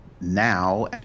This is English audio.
Now